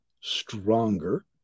stronger